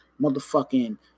motherfucking